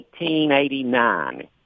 1889